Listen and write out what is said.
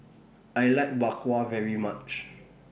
I like Bak Kwa very much